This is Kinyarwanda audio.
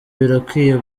birakwiye